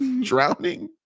Drowning